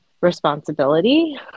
responsibility